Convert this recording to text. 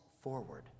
forward